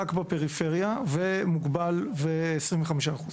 רק בפריפריה ומוגבל ל-25%.